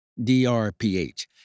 DRPH